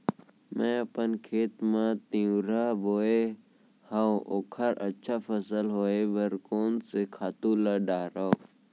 मैं अपन खेत मा तिंवरा बोये हव ओखर अच्छा फसल होये बर कोन से खातू ला डारव?